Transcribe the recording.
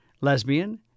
lesbian